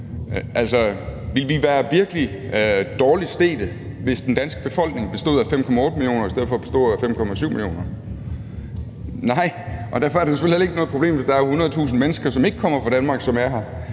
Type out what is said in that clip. vi være virkelig ilde stedt, hvis den danske befolkning bestod af 5,8 millioner i stedet for at bestå af 5,7 millioner? Nej, og derfor er det jo selvfølgelig heller ikke noget problem, hvis det er 100.000 mennesker, som ikke kommer fra Danmark, som er her.